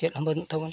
ᱪᱮᱫᱦᱚᱸ ᱵᱟᱹᱱᱩᱜ ᱛᱟᱵᱚᱱᱟ